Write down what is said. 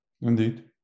Indeed